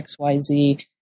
XYZ